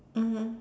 mmhmm